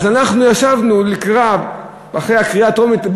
אז אחרי הקריאה הטרומית,